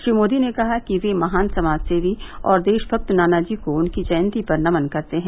श्री मोदी ने कहा कि ये महान समाजसेवी और देशभक्त नानाजी को उनकी जयंती पर नमन करते हैं